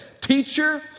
teacher